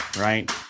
right